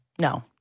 No